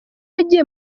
yagiye